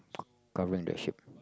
covering the sheep